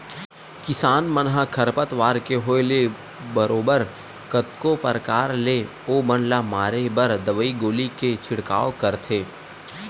किसान मन ह खरपतवार के होय ले बरोबर कतको परकार ले ओ बन ल मारे बर दवई गोली के छिड़काव करथे